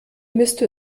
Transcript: müsste